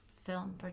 film